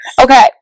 okay